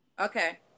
Okay